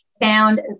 found